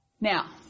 Now